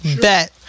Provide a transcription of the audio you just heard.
bet